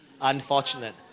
Unfortunate